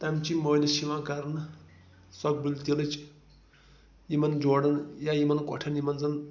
تَمہِ چی مٲلِش چھِ یِوان کرنہٕ سۄکھبُلۍ تِیٖلٕچ یِمَن جوڑن یا یِمَن کۄٹھٮ۪ن یِمَن زَن